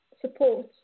support